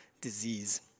disease